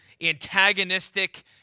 antagonistic